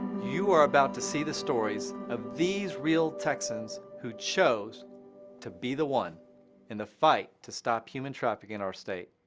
you are about to see the stories of these real texans who chose to be the one in the fight to stop human trafficking in our state.